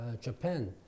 Japan